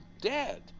dead